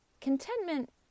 Contentment